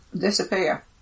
disappear